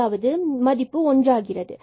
அதாவது மதிப்பு ஒன்றாகிறது